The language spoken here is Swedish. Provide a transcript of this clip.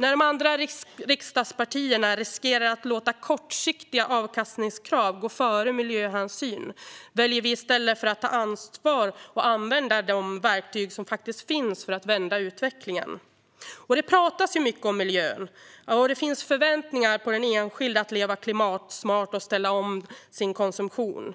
När de andra riksdagspartierna riskerar att låta kortsiktiga avkastningskrav gå före miljöhänsyn väljer vi i stället att ta ansvar för att använda de verktyg som faktiskt finns för att vända utvecklingen. Det pratas mycket om miljön, och det finns förväntningar på den enskilde att leva klimatsmart och ställa om sin konsumtion.